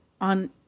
on